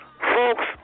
folks